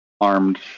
armed